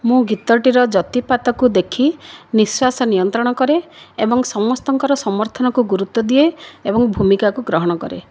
ମୁଁ ଗୀତଟିର ଯତିପାତକୁ ଦେଖି ନିଶ୍ୱାସ ନିୟନ୍ତ୍ରଣ କରେ ଏବଂ ସମସ୍ତଙ୍କର ସମର୍ଥନକୁ ଗୁରୁତ୍ତ୍ଵ ଦିଏ ଏବଂ ଭୂମିକାକୁ ଗ୍ରହଣ କରେ